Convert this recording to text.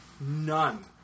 None